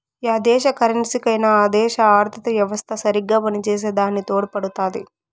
yeah దేశ కరెన్సీకైనా ఆ దేశ ఆర్థిత యెవస్త సరిగ్గా పనిచేసే దాని తోడుపడుతాది